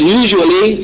usually